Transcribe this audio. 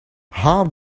how